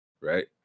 right